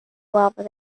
rather